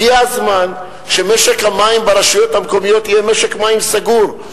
הגיע הזמן שמשק המים ברשויות המקומיות יהיה משק מים סגור,